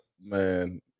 man